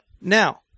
Now